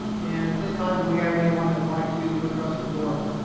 and at this time do we have anyone that would like to address the board?